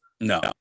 No